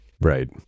Right